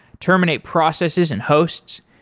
terminate processes and hosts.